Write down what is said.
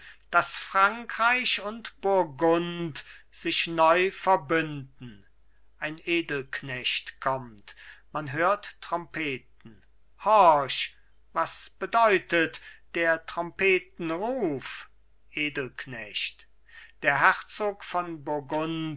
daß frankreich und burgund sich neu verbünden ein edelknecht kommt man hört trompeten horch was bedeutet der trompeten ruf edelknecht der herzog von